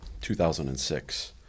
2006